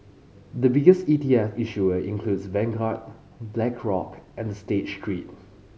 the biggest E T F issuers include Vanguard Black Rock and State Street